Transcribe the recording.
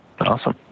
awesome